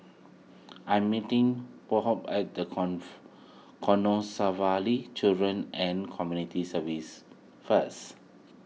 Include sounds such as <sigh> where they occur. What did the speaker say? <noise> I am meeting Pheobe at <unintelligible> Canossaville Children and Community Services first